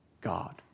God